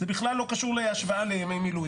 זה בכלל לא קשור להשוואה לימי מילואים.